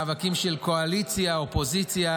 מאבקים של קואליציה אופוזיציה,